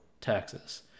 taxes